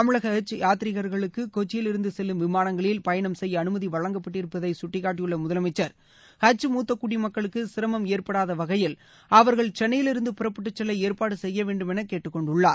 தமிழக ஹஜ் யாதீகா்களுக்கு கொச்சியில் இருந்து செல்லும் விமானங்களில் பயணம் செய்ய அமைதி வழங்கப்பட்டிருப்பதை சுட்டிக்காட்டியுள்ள முதலமைச்சர் ஹஜ் முத்த குடிமக்களுக்கு சிரமம் ஏற்படாத வகையில் அவர்கள் சென்னையில் இருந்து புறப்பட்டுச் செல்ல ஏற்பாடு செய்ய வேண்டுமென கேட்டுக் கொண்டுள்ளார்